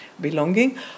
belonging